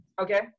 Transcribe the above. okay